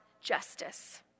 justice